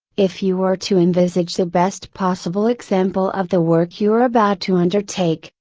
if you were to envisage the best possible example of the work you are about to undertake,